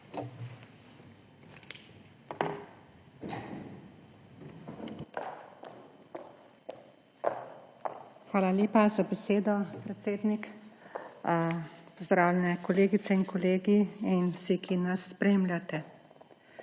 Hvala lepa za besedo, predsednik. Pozdravljeni kolegice in kolegi in vsi, ki nas spremljate!